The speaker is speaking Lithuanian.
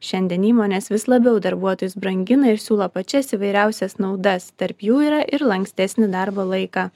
šiandien įmonės vis labiau darbuotojus brangina ir siūlo pačias įvairiausias naudas tarp jų yra ir lankstesnį darbo laiką